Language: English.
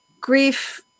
grief